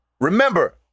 remember